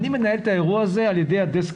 אני מנהל את האירוע הזה על ידי הדסק